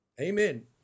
Amen